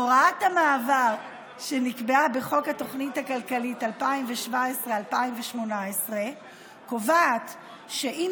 הוראת המעבר שנקבעה בחוק התוכנית הכלכלית 2017 ו-2018 קובעת שאם